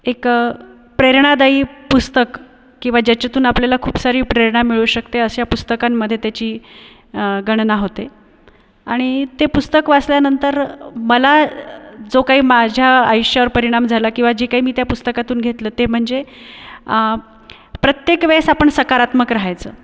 एक प्रेरणादायी पुस्तक किंवा ज्याच्यातून आपल्याला खूप सारी प्रेरणा मिळू शकते अशा पुस्तकांमध्ये त्याची गणना होते आणि ते पुस्तक वाचल्यानंतर मला जो काही माझ्या आयुष्यावर परिणाम झाला किंवा जी काही मी त्या पुस्तकातून घेतलं ते म्हणजे प्रत्येक वेळेस आपण सकारात्मक राहायचं